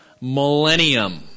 millennium